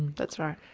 that's right.